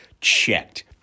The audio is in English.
checked